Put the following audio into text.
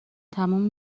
تموم